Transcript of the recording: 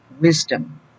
wisdom